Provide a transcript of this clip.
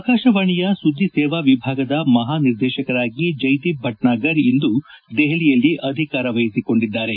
ಆಕಾಶವಾಣಿಯ ಸುದ್ದಿ ಸೇವಾ ವಿಭಾಗದ ಮಹಾನಿರ್ದೇಶಕರಾಗಿ ಜೈದೀಪ್ ಭಿಟ್ನಾಗರ್ ಇಂದು ದೆಪಲಿಯಲ್ಲಿ ಅಧಿಕಾರ ವಹಿಸಿಕೊಂಡಿದ್ದಾರೆ